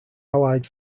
allied